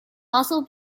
also